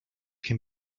can